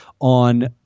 on